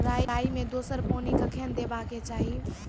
राई मे दोसर पानी कखेन देबा के चाहि?